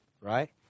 right